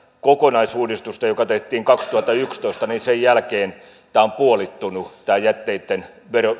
kokonaisuudistusta joka tehtiin kaksituhattayksitoista niin sen jälkeen on puolittunut tämä jätteitten